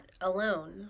alone